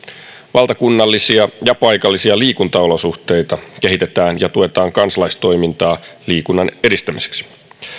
valtakunnallisia ja paikallisia liikuntaolosuhteita kehitetään ja tuetaan kansalaistoimintaa liikunnan edistämiseksi